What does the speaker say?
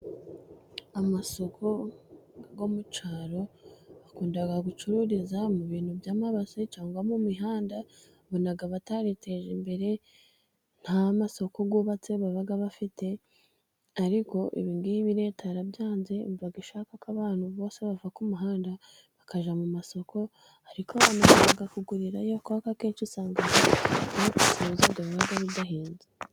Amasoko yo mu cyaro bakunda gucururizamo ibintu by'amabase, cyangwa mu mihanda. Ubona batariteje imbere, nta masoko yubatse baba bafite. Ariko ibi ngibi Leta yarabyanze, yumva ishaka ko abantu bose bava ku muhanda bakajya mu masoko, ariko abantu bajya kugurirayo, kubera ko akenshi usanga ibintu by'aho biba bidahenze.